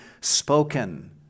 spoken